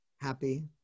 happy